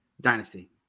Dynasty